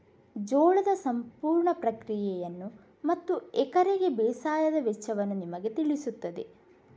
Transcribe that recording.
ಜೋಳದ ಸಂಪೂರ್ಣ ಪ್ರಕ್ರಿಯೆಯನ್ನು ಮತ್ತು ಎಕರೆಗೆ ಬೇಸಾಯದ ವೆಚ್ಚವನ್ನು ನಿಮಗೆ ತಿಳಿಸುತ್ತದೆ